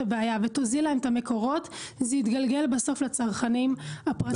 הבעיה ותוזיל להם את המקורות זה יתגלגל בסוף לצרכנים הפרטיים.